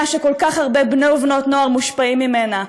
שכל כך הרבה בני ובנות נוער מושפעים ממנה,